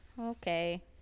Okay